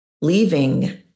leaving